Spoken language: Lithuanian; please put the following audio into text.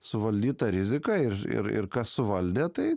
suvaldyt tą riziką ir ir ir kas suvaldė tai